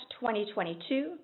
2022